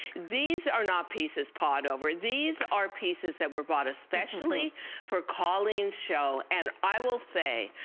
these are not pieces pawed over, these are pieces that were bought especially for calling show. and i will say,